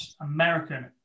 American